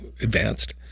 advanced